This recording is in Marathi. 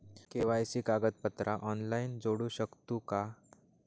के.वाय.सी कागदपत्रा ऑनलाइन जोडू शकतू का?